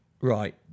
right